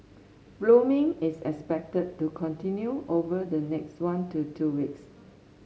blooming is expected to continue over the next one to two weeks